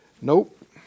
nope